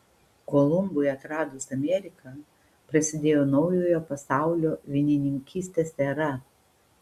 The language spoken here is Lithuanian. kolumbui atradus ameriką prasidėjo naujojo pasaulio vynininkystės era